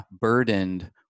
burdened